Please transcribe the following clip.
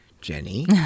Jenny